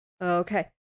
okay